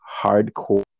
hardcore